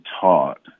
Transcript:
taught